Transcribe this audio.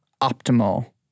optimal